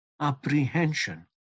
apprehension